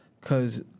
Cause